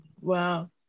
Wow